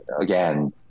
again